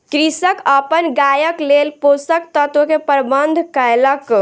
कृषक अपन गायक लेल पोषक तत्व के प्रबंध कयलक